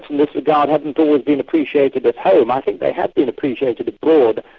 this regard haven't always been appreciated at home, i think they have been appreciated abroad.